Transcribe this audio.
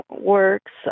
works